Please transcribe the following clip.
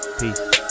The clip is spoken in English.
Peace